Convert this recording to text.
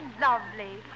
lovely